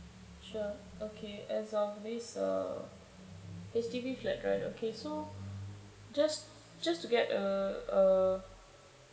sure okay as of this uh H_D_B flat right okay so just just to get a uh